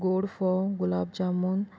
गोड फोव गुलाब जामून